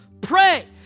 pray